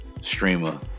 Streamer